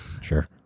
Sure